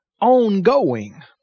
ongoing